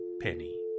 penny